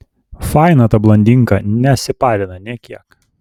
faina ta blondinka nesiparina nė kiek